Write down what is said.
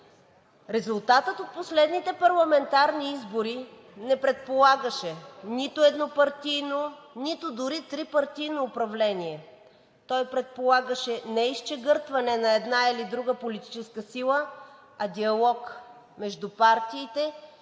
Резултатът от последните парламентарни избори не предполагаше нито еднопартийно, нито дори трипартийно управление. Той предполагаше не изчегъртване на една или друга политическа сила, а диалог между партиите